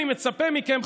אני מצפה מכם,